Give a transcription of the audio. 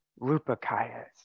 rupakayas